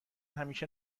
همیشه